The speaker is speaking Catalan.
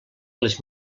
les